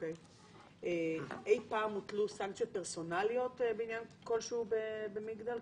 אי פעם הוטלו סנקציות פרסונליות בעניין כלשהו במגדל?